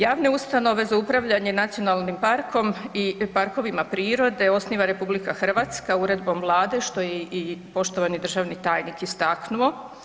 Javne ustanove za upravljanje nacionalnim parkom i parkovima prirode osniva RH uredbom Vlade, što je i poštovani državni tajnik istaknuo.